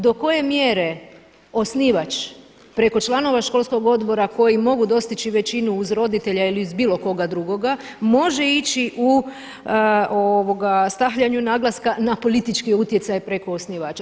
Do koje mjere osnivač preko članova školskog odbora koji mogu dostići većinu uz roditelja ili bilo koga drugoga može ići u stavljanju naglaska na politički utjecaj preko osnivača.